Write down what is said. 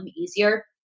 easier